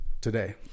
today